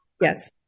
yes